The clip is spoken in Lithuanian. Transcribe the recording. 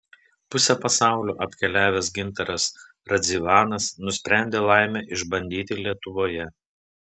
pusę pasaulio apkeliavęs gintaras radzivanas nusprendė laimę išbandyti lietuvoje